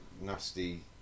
nasty